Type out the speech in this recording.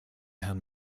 herrn